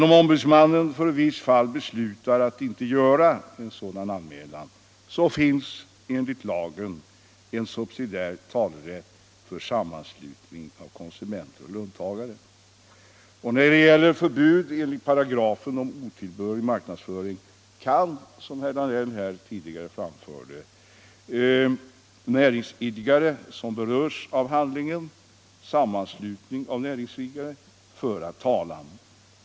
Om ombudsmannen i ett visst fall beslutar att inte göra en sådan anmälan finns emellertid enligt lagen en subsidiär talerätt för sammanslutning av konsumenter eller löntagare. När det gäller förbud enligt paragrafen om otillbörlig marknadsföring kan, som herr Danell framförde, näringsidkare som berörs av handlingen eller sammanslutning av näringsidkare föra talan.